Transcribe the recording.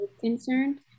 concerned